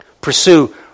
Pursue